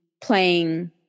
playing